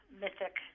mythic